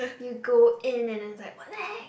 you go in and then it's like what the heck